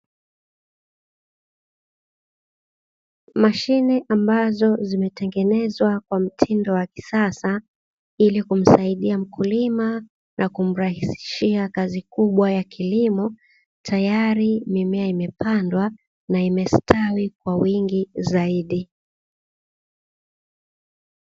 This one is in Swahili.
Mashine ambazo zimetenegezwa kwa mtindo wa kisasa, ili kumsaidia mkulima na kumrahisishia kazi kubwa ya kilimo. Tayari mimea imepandwa na imestawi kwa wingi zaidi.